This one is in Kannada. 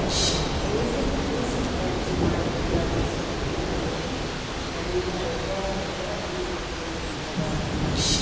ಬೆಸಿಕ್ ರಿಸ್ಕ ಹೆಡ್ಜ ಮಾಡಬೇಕಾದ ಸ್ವತ್ತಿನ ಬೆಲೆ ನಡುವಿನ ವ್ಯತ್ಯಾಸದಿಂದ ಇದು ಉದ್ಭವಿಸ್ತದ